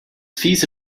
fiese